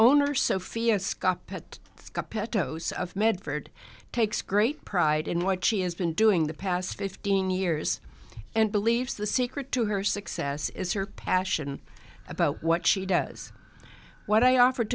owner sophia scott pet the pet o's of medford takes great pride in what she has been doing the past fifteen years and believes the secret to her success is her passion about what she does what i offer